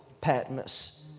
Patmos